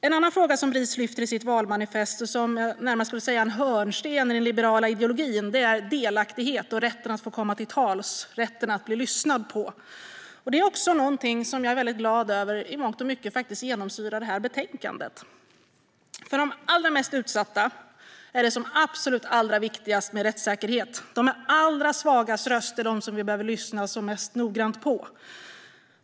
En annan fråga som Bris lyfter i sitt valmanifest och som jag närmast skulle säga är en hörnsten i den liberala ideologin gäller delaktighet, rätten att få komma till tals och rätten att bli lyssnad på. Jag är väldigt glad över att det är någonting som i mångt och mycket faktiskt också genomsyrar detta betänkande. För de allra mest utsatta är det som absolut allra viktigast med rättssäkerhet. De med de allra svagaste rösterna är de som vi behöver lyssna mest noggrant på.